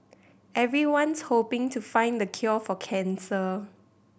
everyone's hoping to find the cure for cancer